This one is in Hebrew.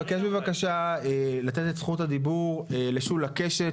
אני מבקש לתת את זכות הדיבור לשולה קשת,